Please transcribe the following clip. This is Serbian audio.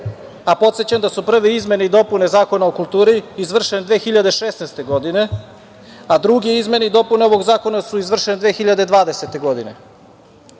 a podsećam da su prve izmene i dopune Zakona o kulturi izvršene 2016. godine, a druge izmene i dopune ovog zakona su izvršene 2020. godine.U